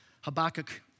Habakkuk